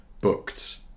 booked